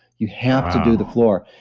you have to do the floor.